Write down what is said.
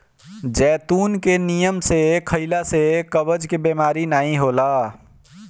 जैतून के नियम से खइला से कब्ज के बेमारी नाइ होला